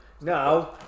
now